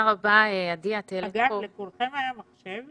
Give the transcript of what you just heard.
אגב, לכולכם היה מחשב